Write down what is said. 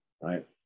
Right